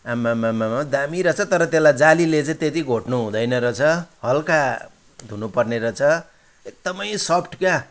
आम्मामामा दामी रहेछ तर त्यसलाई जालीले चाहिँ त्यति घोट्नु हुँदैन रहेछ हलुका धुनुपर्ने रहेछ एकदमै सफ्ट क्या